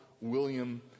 William